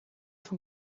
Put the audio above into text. von